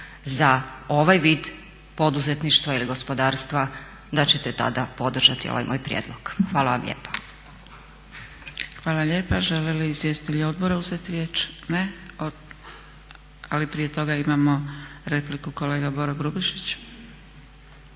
za ovaj vid poduzetništva ili gospodarstva da ćete tada podržati ovaj moj prijedlog. Hvala vam lijepa. **Zgrebec, Dragica (SDP)** Hvala lijepa. Žele li izvjestitelji odbora uzeti riječ? Ne. Ali prije toga imamo repliku, kolega Boro Grubišić.